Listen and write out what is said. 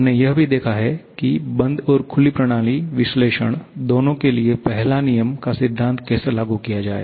हमने यह भी देखा है कि बंद और खुली प्रणाली विश्लेषण दोनों के लिए पहला नियम का सिद्धांत कैसे लागू किया जाए